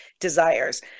desires